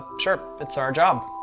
sure. it's our job.